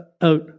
out